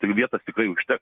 vietos tikrai yžteks